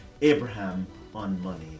AbrahamOnMoney